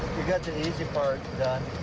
you got the easy part done.